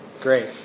great